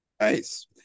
Nice